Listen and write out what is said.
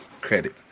credit